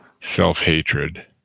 self-hatred